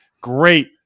great